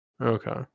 Okay